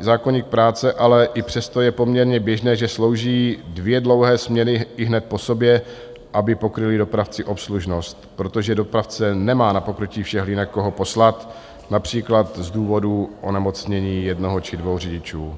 zákoník práce, ale i přesto je poměrně běžné, že slouží dvě dlouhé směny ihned po sobě, aby pokryli dopravci obslužnost, protože dopravce nemá na pokrytí všech linek koho poslat, například z důvodu onemocnění jednoho či dvou řidičů.